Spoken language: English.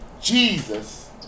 Jesus